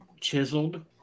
chiseled